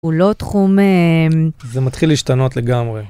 הוא לא תחום... זה מתחיל להשתנות לגמרי.